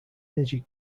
energy